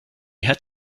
had